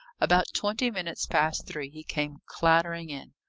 about twenty minutes past three he came clattering in.